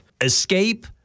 escape